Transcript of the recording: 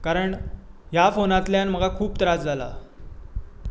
कारण ह्या फोनांतल्यान म्हाका खूब त्रास जाला